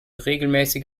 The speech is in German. regelmäßig